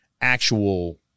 actual –